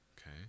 okay